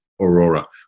Aurora